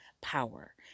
power